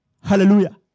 Hallelujah